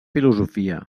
filosofia